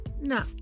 No